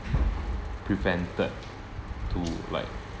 prevented to like